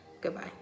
Goodbye